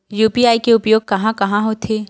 UPI के उपयोग कहां कहा होथे?